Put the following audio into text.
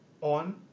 on